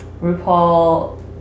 RuPaul